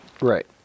Right